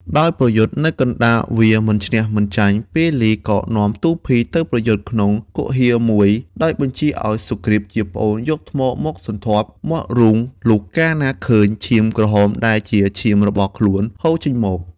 ដោយប្រយុទ្ធនៅកណ្តាលវាលមិនឈ្នះមិនចាញ់ ពាលីក៏នាំទូរភីទៅប្រយុទ្ធក្នុងគុហារមួយ ដោយបញ្ជាឱ្យសុគ្រីព ជាប្អូនយកថ្មមកសន្ធាប់មាត់រូង លុះកាលណាឃើញឈាមក្រហមដែលជាឈាមរបស់ខ្លួនហូរចេញមក។